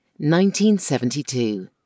1972